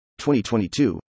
2022